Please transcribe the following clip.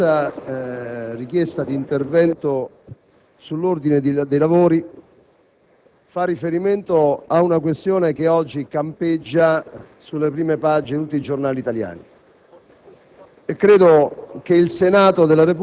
Presidente, colleghi senatori, la mia richiesta di intervento fa riferimento a una questione che oggi campeggia sulle prime pagine di tutti i giornali italiani.